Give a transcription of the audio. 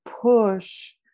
push